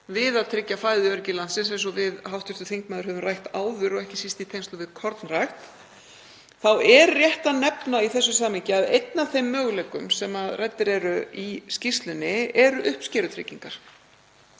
við að tryggja fæðuöryggi landsins, eins og við hv. þingmaður höfum rætt áður og ekki síst í tengslum við kornrækt. Þá er rétt að nefna í þessu samhengi að einn af þeim möguleikum sem ræddir eru í skýrslunni eru uppskerutryggingar